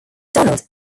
donald